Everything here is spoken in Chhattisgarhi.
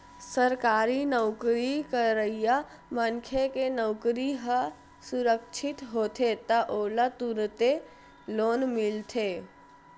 सरकारी नउकरी करइया मनखे के नउकरी ह सुरक्छित होथे त ओला तुरते लोन मिलथे